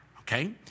okay